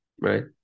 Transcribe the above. right